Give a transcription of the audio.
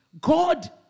God